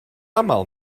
aml